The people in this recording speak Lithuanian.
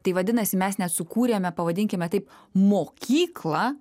tai vadinasi mes nesukūrėme pavadinkime taip mokyklą